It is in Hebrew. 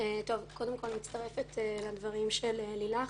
אני מצטרפת לדברים של לילך.